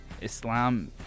islam